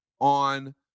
on